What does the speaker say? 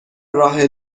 راه